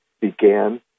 began